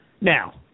Now